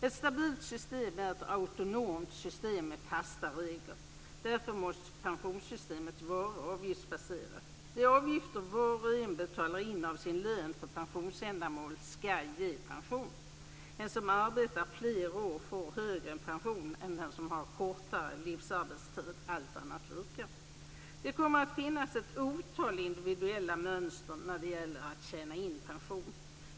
Ett stabilt system är ett autonomt system med fasta regler. Därför måste pensionssystemet vara avgiftsbaserat. De avgifter var och en betalar in av sin lön för pensionsändamål skall ge pension. Den som arbetar fler år får högre pension än den som har en kortare livsarbetstid, allt annat lika. Det kommer att finnas ett otal individuella mönster när det gäller att tjäna in pension.